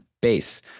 base